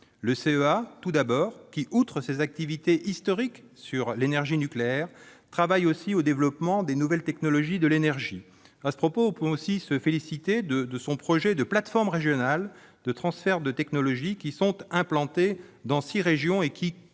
tout d'abord le CEA, qui, outre ses activités historiques sur l'énergie nucléaire, travaille au développement des nouvelles technologies de l'énergie. À ce propos, on ne peut que se féliciter de son projet de plateformes régionales de transfert de technologie, implantées dans six régions, qui